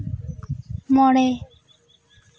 ᱢᱚᱬᱮ